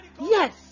Yes